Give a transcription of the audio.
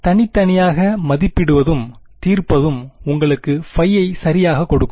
தனித்தனியாக மதிப்பிடுவதும் தீர்ப்பதும் உங்களுக்கு ஃபைϕ யை சரியாகக் கொடுக்கும்